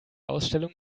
ausstellung